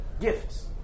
gifts